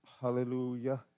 hallelujah